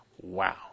Wow